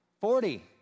Forty